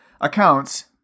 accounts